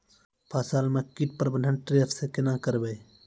फसल म कीट प्रबंधन ट्रेप से केना करबै?